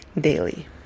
daily